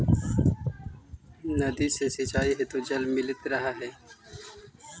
नदी से सिंचाई हेतु जल मिलित रहऽ हइ